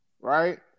right